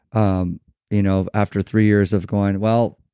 um you know after three years of going, well,